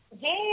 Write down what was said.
Hey